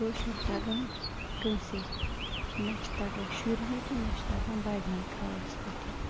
کٲشُر تَگان کٲنسے نَہ چھِ تَگان شُرنٕے تہٕ نَہ چھِ تَگان بڑنٕے خاص پٲٹھۍ